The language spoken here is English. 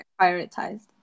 prioritized